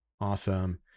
Awesome